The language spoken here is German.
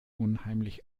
unheimlich